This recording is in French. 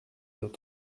autres